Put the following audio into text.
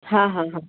हाँ हाँ हाँ